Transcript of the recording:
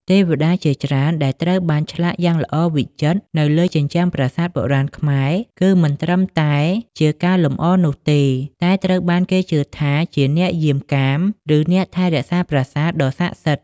ទេវតាជាច្រើនដែលត្រូវបានឆ្លាក់យ៉ាងល្អវិចិត្រនៅលើជញ្ជាំងប្រាសាទបុរាណខ្មែរ គឺមិនត្រឹមតែជាការលម្អនោះទេ តែត្រូវបានគេជឿថាជា អ្នកយាមកាម ឬ អ្នកថែរក្សាប្រាសាទ ដ៏ស័ក្តិសិទ្ធិ។